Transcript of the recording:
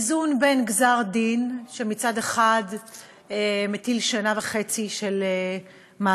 איזון בין גזר-דין שמצד אחד מטיל שנה וחצי של מאסר,